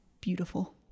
beautiful